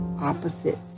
opposites